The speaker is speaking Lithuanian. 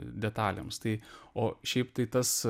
detalėms tai o šiaip tai tas